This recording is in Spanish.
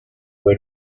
fue